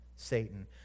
Satan